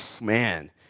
man